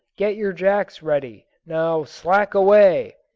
get yer jacks ready. now slack away!